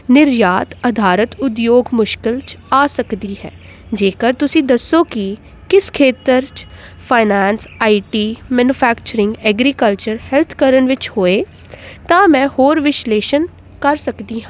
ਨਿਰਯਾਤ ਅਧਾਰਤ ਉਦਯੋਗ ਮੁਸ਼ਕਿਲ 'ਚ ਆ ਸਕਦੀ ਹੈ ਜੇਕਰ ਤੁਸੀਂ ਦੱਸੋ ਕਿ ਕਿਸ ਖੇਤਰ 'ਚ finance IT manufacturing agriculture health ਕਰਨ ਵਿੱਚ ਹੋਏ ਤਾਂ ਮੈਂ ਹੋਰ ਵਿਸ਼ਲੇਸ਼ਣ ਕਰ ਸਕਦੀ ਹਾਂ